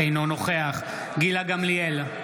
אינו נוכח גילה גמליאל,